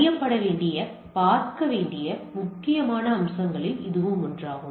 அறியப்பட வேண்டிய பார்க்க வேண்டிய முக்கியமான அம்சங்களில் இதுவும் ஒன்றாகும்